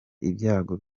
ibyago